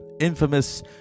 infamous